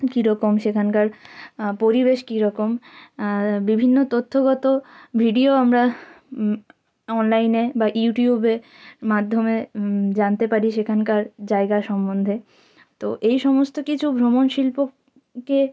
কী রকম সেখানকার পরিবেশ কী রকম বিভিন্ন তথ্যগত ভিডিও আমরা অনলাইনে বা ইউটিউবের মাধ্যমে জানতে পারি সেখানকার জায়গা সম্বন্ধে তো এই সমস্ত কিছু ভ্রমণ শিল্পকে